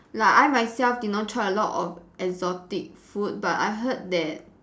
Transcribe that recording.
like I myself did not try a lot of exotic food but I heard that